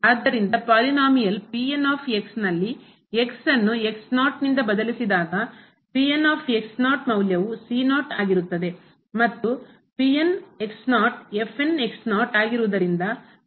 ಆದ್ದರಿಂದ ಪಾಲಿನೋಮಿಯಲ್ ಬಹುಪದದ ನಲ್ಲಿ ಅನ್ನು ನಿಂದ ಬದಲಿಸಿದಾಗ ಮೌಲ್ಯವು ಆಗಿರುತ್ತದೆ ಮತ್ತು ಆಗಿರುವುದರಿಂದ ಇಲ್ಲಿ ಮೌಲ್ಯವು ಆಗಿರುತ್ತದೆ